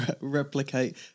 replicate